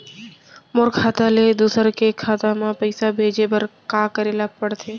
मोर खाता ले दूसर के खाता म पइसा भेजे बर का करेल पढ़थे?